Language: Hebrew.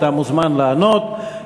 אתה מוזמן לענות,